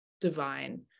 divine